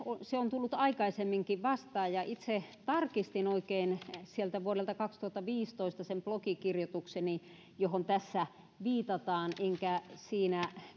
se on tullut aikaisemminkin vastaan itse tarkistin oikein sieltä vuodelta kaksituhattaviisitoista sen blogikirjoitukseni johon tässä viitataan enkä siinä